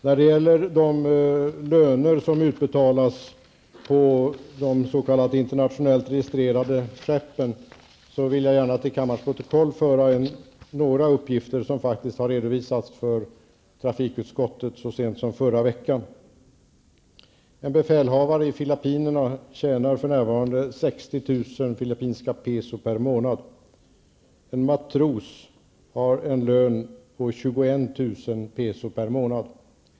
När det gäller de löner som utbetalas på de s.k. internationellt registrerade skeppen, vill jag gärna till kammarens protokoll föra några uppgifter som har redovisats för trafikutskottet så sent som förra veckan. En befälhavare i Filippinerna tjänar för närvarande 60 000 filippinska peso per månad. En matros har en lön på 21 000 peso per månad.